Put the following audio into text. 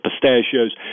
pistachios